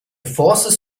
forces